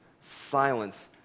Silence